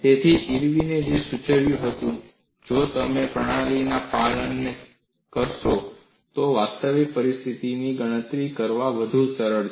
તેથી ઇરવિને જે સૂચવ્યું તે હતું જો તમે પ્રણાલીના પાલનને જોશો તો વાસ્તવિક પરિસ્થિતિમાં ગણતરી કરવી વધુ સરળ છે